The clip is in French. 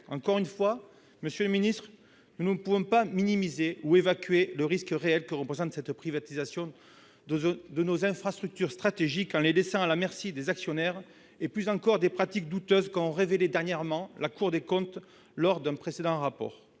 Encore une fois, monsieur le ministre, nous ne pouvons pas minimiser ou évacuer le risque réel que représente cette privatisation de nos infrastructures stratégiques en les laissant à la merci des actionnaires, et, plus encore, des pratiques douteuses qu'a révélées dernièrement la Cour des comptes lors d'un précédent rapport.